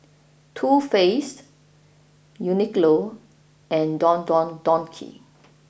Too Faced Uniqlo and Don Don Donki